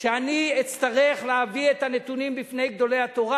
כשאני אצטרך להביא את הנתונים בפני גדולי התורה,